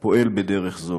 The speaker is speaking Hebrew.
פועל בדרך זו,